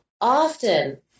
often